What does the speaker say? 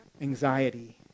anxiety